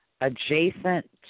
adjacent